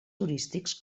turístics